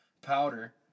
powder